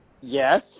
yes